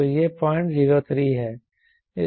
तो यह 003 है